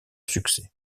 succès